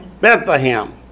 Bethlehem